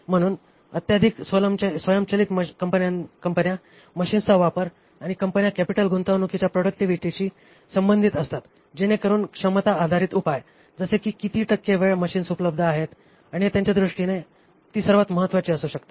म्हणून अत्यधिक स्वयंचलित कंपन्या मशीन्सचा वापर आणि कंपन्या कॅपिटल गुंतवणूकीच्या प्रॉडक्टिव्हिटीशी संबंधित असतात जेणेकरून क्षमता आधारित उपाय जसे की किती टक्के वेळ मशीन्स उपलब्ध आहेत आणि हे त्यांच्या दृष्टीने ती सर्वात महत्त्वाचे असू शकते